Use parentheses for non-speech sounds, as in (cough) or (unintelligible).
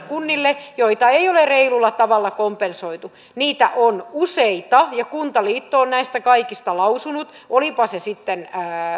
(unintelligible) kunnille joita ei ole reilulla tavalla kompensoitu niitä on useita ja kuntaliitto on näistä kaikista lausunut olipa se sitten